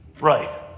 Right